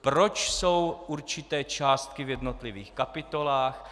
proč jsou určité částky v jednotlivých kapitolách;